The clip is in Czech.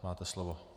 Máte slovo.